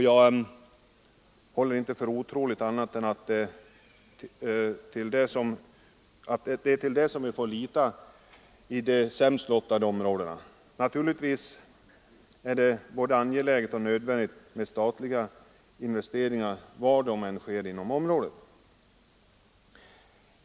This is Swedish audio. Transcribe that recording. Jag håller inte för otroligt att det är till det som vi får lita i de sämst lottade områdena. Naturligtvis är det både angeläget och nödvändigt med statliga investeringar, var de än sker inom området.